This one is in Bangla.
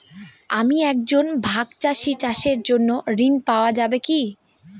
আমি একজন ভাগ চাষি চাষের জন্য ঋণ পাওয়া যাবে কি?